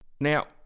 Now